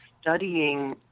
studying